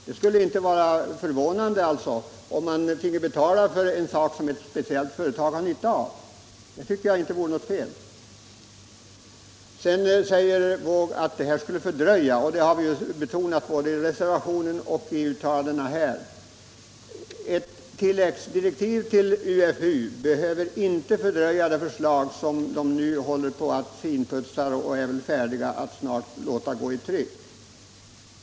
Det skulle inte vara något fel om ett speciellt företag finge betala för uppgifter som just det har nytta av. Herr Wååg säger att tilläggsdirektiv till utredningen skulle fördröja = Företagens en slutgiltig lösning. Vi har betonat både i reservationen och i våra ut — uppgiftsoch talanden här att tilläggsdirektiv till UFU inte behöver fördröja de förslag — uppbördsskyldighet som utredningen nu håller på att finputsa och snart är beredd att låta — m.m. gå i tryck.